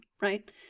right